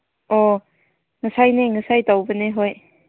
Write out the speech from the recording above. ꯑꯣ ꯉꯁꯥꯏꯅꯦ ꯉꯁꯥꯏ ꯇꯧꯕꯅꯦ ꯍꯣꯏ